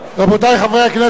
רבותי חברי הכנסת,